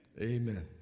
Amen